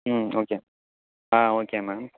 ம் okay ah okay ma'am